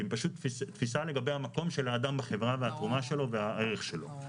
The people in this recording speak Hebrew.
כי הן פשוט תפיסות לגבי המקום של האדם בחברה והתרומה שלו והערך שלו.